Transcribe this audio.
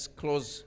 close